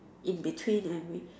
in between and we